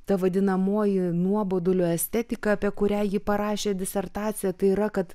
ta vadinamoji nuobodulio estetika apie kurią ji parašė disertaciją tai yra kad